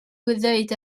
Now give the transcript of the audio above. ddweud